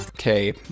Okay